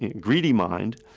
you know greedy mind,